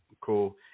Cool